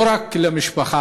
לא רק למשפחה,